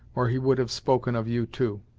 or he would have spoken of you, too.